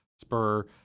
spur